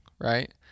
right